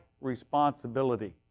responsibility